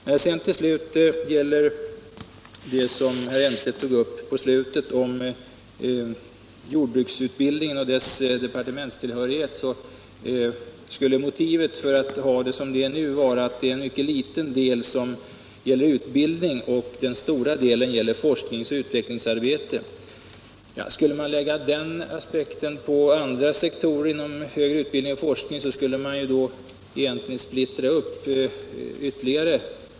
När det till slut gäller vad herr Elmstedt tog upp om jordbruksutbildningen och dess departementstillhörighet så skulle motivet för att ha det som det nu är vara att en mycket liten del gäller utbildning och den stora delen gäller forsknings och utvecklingsarbete. Om man lade den aspekten på andra sektorer inom högre utbildning och forskning skulle man splittra upp ytterligare.